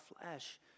flesh